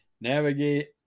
navigate